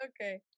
Okay